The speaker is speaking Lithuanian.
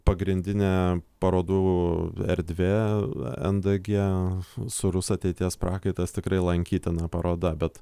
pagrindinė parodų erdvė ndg sūrus ateities prakaitas tikrai lankytina paroda bet